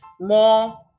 more